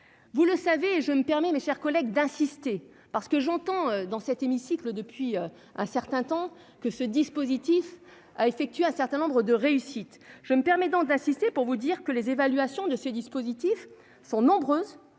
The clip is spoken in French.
vous le savez, je me permets, mes chers collègues d'insister parce que j'entends dans cet hémicycle depuis un certain temps que ce dispositif a effectué un certain nombre de réussite je me permettant d'assister pour vous dire que les évaluations de ce dispositif sont nombreuses